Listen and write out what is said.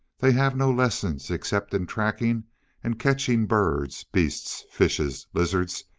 they have no lessons except in tracking and catching birds, beasts, fishes, lizards,